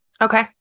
Okay